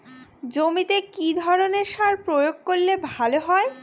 জমিতে কি ধরনের সার প্রয়োগ করলে ভালো হয়?